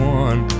one